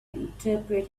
interpret